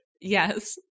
Yes